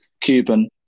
Cuban